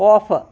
off